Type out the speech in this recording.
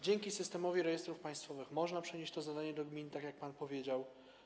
Dzięki Systemowi Rejestrów Państwowych można przenieść to zadanie do gminy, tak jak pan powiedział.